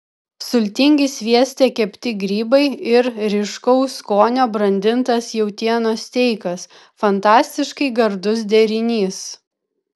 sultingi svieste kepti grybai ir ryškaus skonio brandintas jautienos steikas fantastiškai gardus derinys